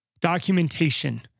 documentation